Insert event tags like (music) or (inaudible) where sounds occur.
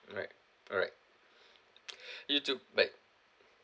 alright alright (breath) (noise) (breath) you too bye